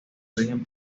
rigen